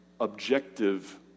objective